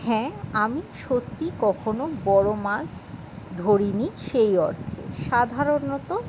হ্যাঁ আমি সত্যি কখনো বড়ো মাছ ধরি নি সেই অর্থে সাধারণত